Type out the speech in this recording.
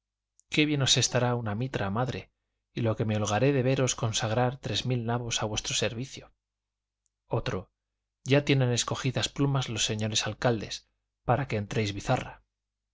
qué bien os estará una mitra madre y lo que me holgaré de veros consagrar tres mil nabos a vuestro servicio otro ya tienen escogidas plumas los señores alcaldes para que entréis bizarra